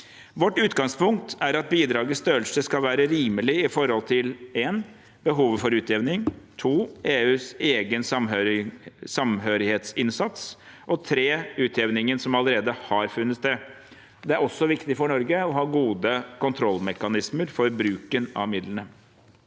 Vårt utgangspunkt er at bidragets størrelse skal være rimelig i forhold til 1. behovet for utjevning 2. EUs egen samhørighetsinnsats 3. utjevningen som allerede har funnet sted Det er også viktig for Norge å ha gode kontrollmekanismer for bruken av midlene.